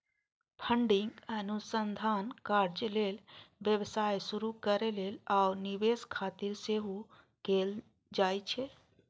funding अनुसंधान कार्य लेल, व्यवसाय शुरू करै लेल, आ निवेश खातिर सेहो कैल जाइ छै